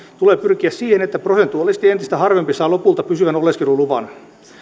tulee pyrkiä siihen että prosentuaalisesti entistä harvempi saa lopulta pysyvän oleskeluluvan